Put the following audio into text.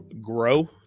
grow